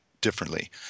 differently